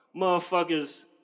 motherfuckers